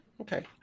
okay